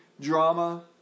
drama